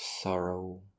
sorrow